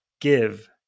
give